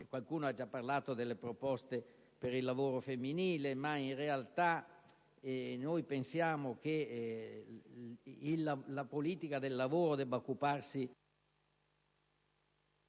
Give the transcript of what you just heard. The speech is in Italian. qualcuno ha già parlato delle proposte per il lavoro femminile, ma in realtà pensiamo che la politica del lavoro debba occuparsi...